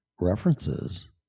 references